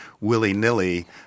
willy-nilly